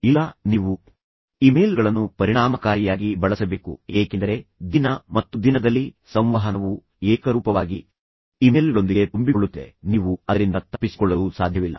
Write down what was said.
ಇಲ್ಲ ನೀವು ಇಮೇಲ್ಗಳನ್ನು ಪರಿಣಾಮಕಾರಿಯಾಗಿ ಬಳಸಬೇಕು ಏಕೆಂದರೆ ದಿನ ಮತ್ತು ದಿನದಲ್ಲಿ ಸಂವಹನವು ಏಕರೂಪವಾಗಿ ಇಮೇಲ್ಗಳೊಂದಿಗೆ ತುಂಬಿಕೊಳ್ಳುತ್ತಿದೆ ನೀವು ಅದರಿಂದ ತಪ್ಪಿಸಿಕೊಳ್ಳಲು ಸಾಧ್ಯವಿಲ್ಲ